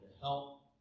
help